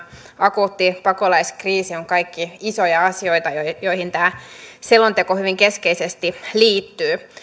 akuutti pakolaiskriisi ovat kaikki isoja asioita joihin tämä selonteko hyvin keskeisesti liittyy